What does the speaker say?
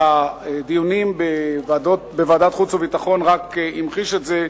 והדיונים בוועדת חוץ וביטחון רק המחישו את זה,